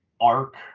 arc